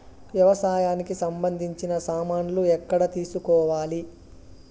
వ్యవసాయానికి సంబంధించిన సామాన్లు ఎక్కడ తీసుకోవాలి?